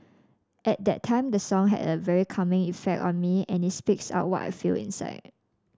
at that time the song had a very calming effect on me and it speaks out what I feel inside